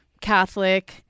Catholic